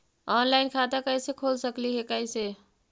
Online खाता कैसे खोल सकली हे कैसे?